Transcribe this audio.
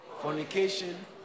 fornication